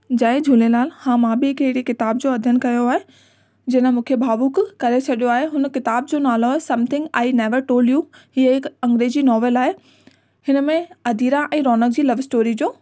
जय झूलेलाल हा मां बि हिकु अहिड़ी किताब जो अध्यन्न कयो आहे जिन मूंखे भावुक करे छॾियो आहे हुन किताब जो नालो आहे something I never told you इहे हिकु अंग्रेज़ी नॉवेल आहे हिन में अदीरा ऐं रौनक जी लव स्टोरी जो